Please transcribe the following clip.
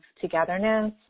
togetherness